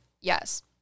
Yes